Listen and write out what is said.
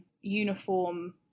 uniform